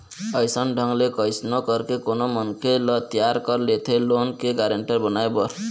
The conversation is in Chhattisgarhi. अइसन ढंग ले कइसनो करके कोनो मनखे ल तियार कर लेथे लोन के गारेंटर बनाए बर